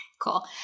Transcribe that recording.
Cool